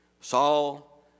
Saul